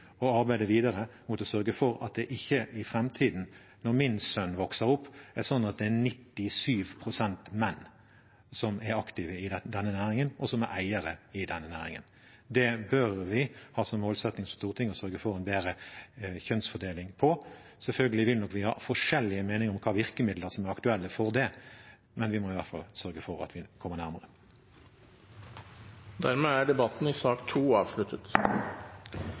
og det er viktig å arbeide videre mot å sørge for at det ikke i framtiden, når min sønn vokser opp, er slik at det er 97 pst. menn som er aktive i denne næringen, og som er eiere. Vi bør ha som målsetting i Stortinget å sørge for en bedre kjønnsfordeling. Selvfølgelig vil vi nok ha forskjellige meninger om hva slags virkemidler som er aktuelle for det, men vi må i hvert fall sørge for at vi kommer nærmere. Flere har ikke bedt om ordet til sak